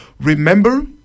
remember